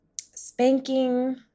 Spanking